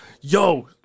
Yo